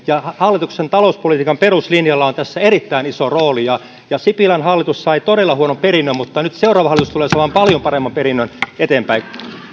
ja hallituksen talouspolitiikan peruslinjalla on tässä erittäin iso rooli sipilän hallitus sai todella huonon perinnön mutta nyt seuraava hallitus tulee saamaan paljon paremman perinnön eteenpäin